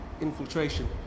infiltration